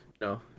no